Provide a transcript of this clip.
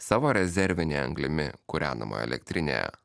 savo rezervine anglimi kūrenama elektrine